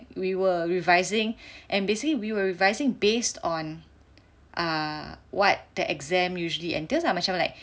we were revising and basically we were revising based on err what the exam usually entails lah macam like